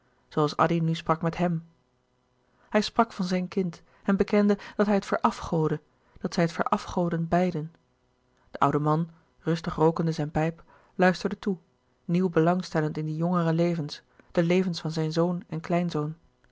addy nu sprak met hèm hij sprak van zijn kind en bekende dat hij het verafgoodde dat zij het verafgoodden beiden de oude man rustig rookende zijn pijp luisterde toe nieuw belang stellend in die jongere levens de levens van zijn zoon en kleinzoon